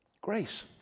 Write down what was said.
grace